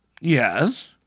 Yes